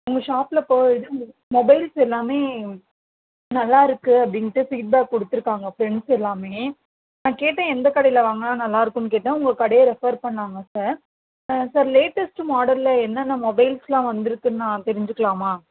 உங்க ஷாப்பில் இப்போ இது மொபைல்ஸ் எல்லாமே நல்லாயிருக்கு அப்படின்ட்டு ஃபீட் பேக் கொடுத்துருக்காங்க ஃப்ரெண்ட்ஸ் எல்லாமே நான் கேட்டேன் எந்த கடையில் வாங்கினா நல்லாருக்குன்னு கேட்டேன் உங்கள் கடையை ரெஃபர் பண்ணாங்க சார் சார் லேட்டஸ்ட்டு மாடலில் என்னென்ன மொபைல்ஸ்லாம் வந்துருக்குன்னு நான் தெரிஞ்சிக்கலாமா